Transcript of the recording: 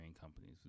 companies